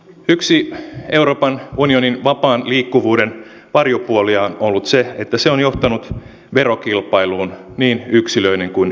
yksi euroopan unionin vapaan liikkuvuuden varjopuolia on ollut se että se on johtanut verokilpailuun niin yksilöiden kuin yritystenkin osalta